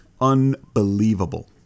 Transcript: Unbelievable